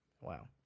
Wow